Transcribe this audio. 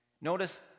Notice